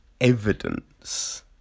evidence